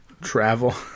Travel